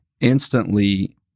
instantly